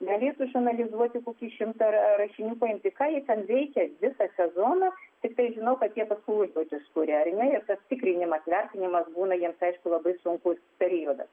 galėtų išanalizuoti kokį šimtą rašinių paimti ką jie ten veikia visą sezoną tiktai žinau kad jie paskui užduotis kuria ar ne ir tas tikrinimas vertinimas būna jiems aišku labai sunkus periodas